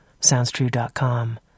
SoundsTrue.com